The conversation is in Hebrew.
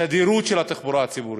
תדירות של התחבורה הציבורית,